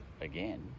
again